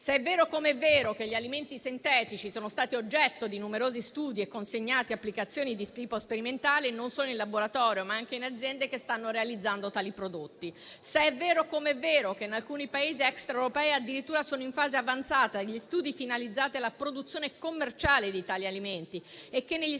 Se è vero, come è vero, che gli alimenti sintetici sono stati oggetto di numerosi studi e conseguenti applicazioni di tipo sperimentale, non solo in laboratorio, ma anche in aziende che stanno realizzando tali prodotti, e se è vero, come è vero, che in alcuni Paesi extraeuropei addirittura sono in fase avanzata gli studi finalizzati alla produzione commerciale di tali alimenti e che negli